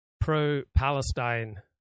pro-Palestine